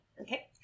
Okay